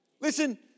Listen